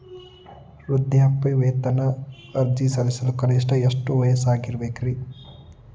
ವೃದ್ಧಾಪ್ಯವೇತನ ಅರ್ಜಿ ಸಲ್ಲಿಸಲು ಕನಿಷ್ಟ ಎಷ್ಟು ವಯಸ್ಸಿರಬೇಕ್ರಿ?